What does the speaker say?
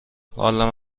حالم